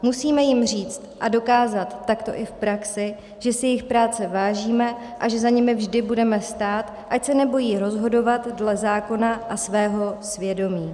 Musíme jim říci a dokázat takto i v praxi, že si jejich práce vážíme a že za nimi vždy budeme stát, ať se nebojí rozhodovat dle zákona a svého svědomí.